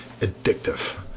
addictive